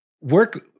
Work